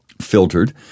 filtered